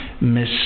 miss